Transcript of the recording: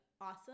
awesome